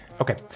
Okay